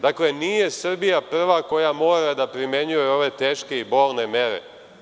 Dakle, nije Srbija prva koja mora da primenjuje ove teške i bolne mere.